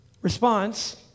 Response